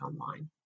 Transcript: online